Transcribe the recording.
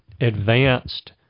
advanced